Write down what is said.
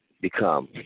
become